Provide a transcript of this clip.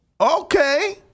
okay